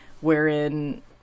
wherein